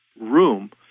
room